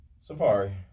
Safari